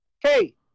Hey